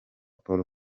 paul